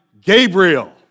Gabriel